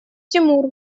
тимур